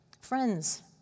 Friends